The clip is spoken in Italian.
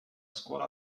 scuola